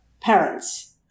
parents